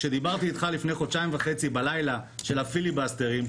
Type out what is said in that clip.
כשדיברתי אתך לפני חודשיים וחצי בלילה של הפיליבסטרים,